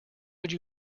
would